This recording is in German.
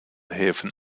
häfen